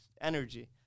energy